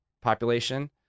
population